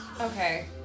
Okay